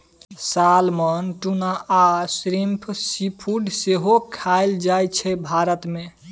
salmon, tuna आ shrimp seafood सेहो खाएल जाइ छै भारत मे